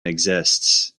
exists